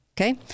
Okay